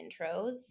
intros